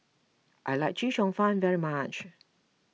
I like Chee Cheong Fun very much